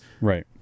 Right